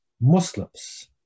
Muslims